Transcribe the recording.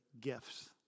gifts